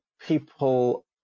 people